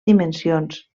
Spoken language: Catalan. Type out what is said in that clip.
dimensions